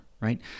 right